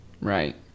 Right